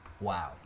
Wow